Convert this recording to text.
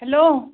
hello